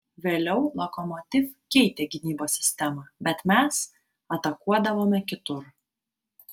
vėliau lokomotiv keitė gynybos sistemą bet mes atakuodavome kitur